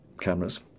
Cameras